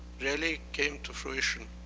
really came to fruition